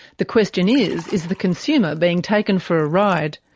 the question is is the consumer being taken for a ride?